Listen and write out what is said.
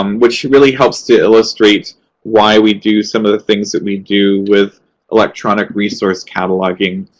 um which really helps to illustrate why we do some of the things that we do with electronic resource cataloging,